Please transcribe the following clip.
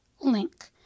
Link